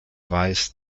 weiß